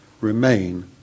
Remain